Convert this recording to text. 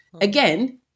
Again